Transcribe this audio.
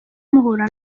muhura